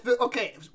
Okay